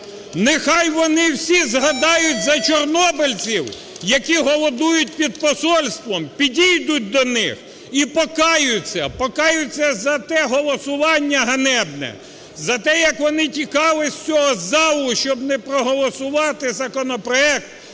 нехай вони всі згадають за чорнобильців, які голодують під посольством, підійдуть до них і покаються. Покаються за те голосування ганебне, за те, як вони тікали з цього залу, щоб не проголосувати законопроект